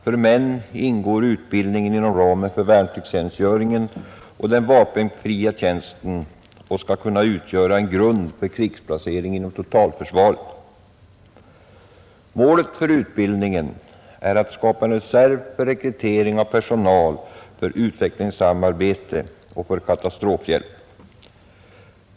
För män faller utbildningen inom ramen för värnpliktstjänstgöringen och den vapenfria tjänsten och skall kunna utgöra grunden för krigsplacering inom totalförsvaret. Målet för utbildningen är att skapa en reserv för rekrytering av personal för utvecklingssamarbete och katastrofhjälp.